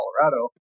Colorado